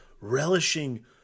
relishing